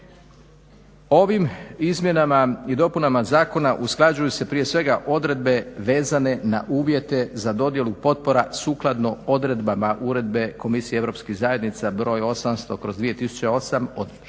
Ovim izmjenama i dopunama zakona usklađuju se prije svega odredbe vezane na uvjete za dodjelu potpora sukladno odredbama Uredbe Komisije europskih zajednica broj 800/2008 od 6.